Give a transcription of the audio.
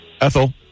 Ethel